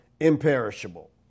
imperishable